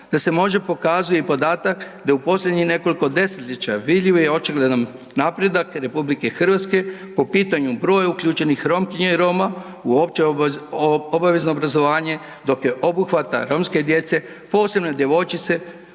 Da se može pokazuje i podatak da je u posljednjih nekoliko desetljeća vidljiv i očigledan napredak Republike Hrvatske po pitanju broja uključenih Romkinja i Roma u opće obavezno obrazovanje, dok je obuhvat romske djece posebno djevojčice